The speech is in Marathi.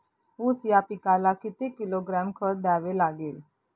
ऊस या पिकाला किती किलोग्रॅम खत द्यावे लागेल?